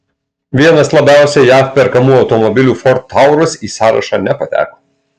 vienas labiausiai jav perkamų automobilių ford taurus į sąrašą nepateko